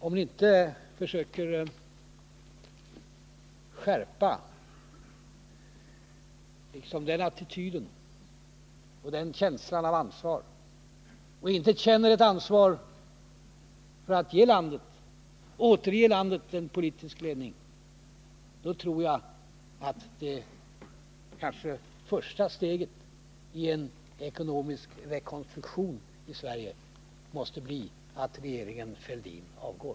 Om ni inte försöker skärpa den attityden, inte känner ert ansvar för att återge landet en politisk ledning, då tror jag att kanske första steget i en ekonomisk rekonstruktion i Sverige måste bli att regeringen Fälldin avgår.